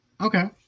Okay